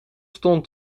stond